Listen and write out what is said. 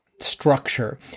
structure